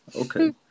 Okay